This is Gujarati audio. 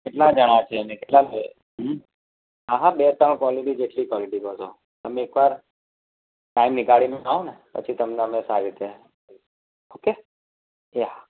કેટલા જણા છે અને કેટલા છે હા હા બે ત્રણ કોલીટી જેટલી કોલીટી કહેશો તમે એક વાર ટાઈમ નીકાળીને આવો ને પછી તમને અમે સારી રીતે ઓકે એ હા